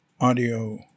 Audio